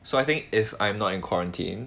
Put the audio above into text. so I think if I am not in quarantine